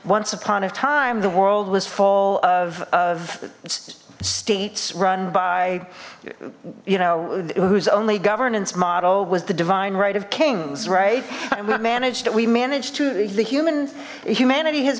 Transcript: once upon a time the world was full of states run by you know whose only governance model was the divine right of kings right manage that we managed to the humans humanity has